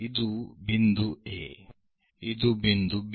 ಇದು ಬಿಂದು A ಇದು ಬಿಂದು B